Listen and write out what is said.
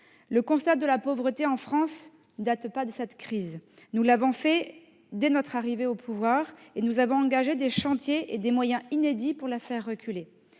Le constat de la pauvreté en France ne date pas de cette crise. Nous l'avons dressé dès notre arrivée au pouvoir et nous avons engagé des chantiers et des moyens inédits pour la faire reculer.